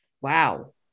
Wow